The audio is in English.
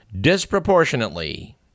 disproportionately